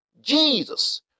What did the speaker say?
Jesus